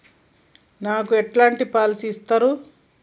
నాకు ఎలాంటి పాలసీ ఇస్తారు?